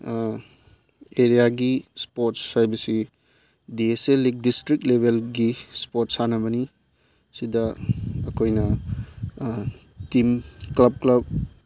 ꯑꯦꯔꯤꯌꯥꯒꯤ sports ꯍꯥꯏꯕꯁꯤ D S L league district ꯂꯦꯕꯦꯜꯒꯤ sport ꯁꯥꯟꯅꯕꯅꯤ ꯁꯤꯗ ꯑꯩꯈꯣꯏꯅ ꯇꯤꯝ ꯀ꯭ꯂꯕ ꯀ꯭ꯂꯕ